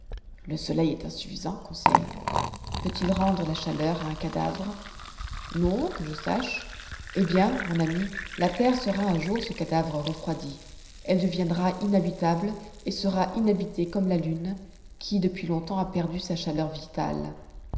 le soleil est insuffisant conseil peut-il rendre la chaleur à un cadavre non que je sache eh bien mon ami la terre sera un jour ce cadavre refroidi elle deviendra inhabitable et sera inhabitée comme la lune qui depuis longtemps a perdu sa chaleur